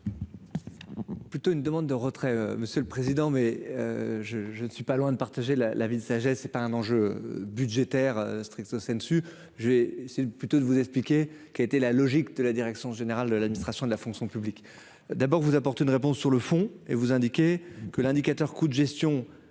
Plutôt une demande de retrait, monsieur le président, mais je, je ne suis pas loin de partager la la ville de sagesse, c'est pas un enjeu budgétaire stricto sensu, j'essaie, c'est plutôt de vous expliquer, qui a été la logique de la direction générale de l'administration de la fonction publique, d'abord vous apporter une réponse sur le fond et vous indiquer que l'indicateur coût de gestion